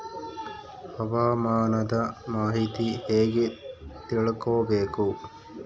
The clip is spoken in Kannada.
ಹವಾಮಾನದ ಮಾಹಿತಿ ಹೇಗೆ ತಿಳಕೊಬೇಕು?